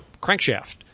crankshaft